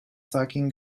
sakin